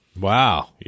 Wow